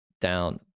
down